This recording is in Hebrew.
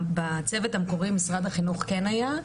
בצוות המקורי משרד החינוך כן היה,